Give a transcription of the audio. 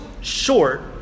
short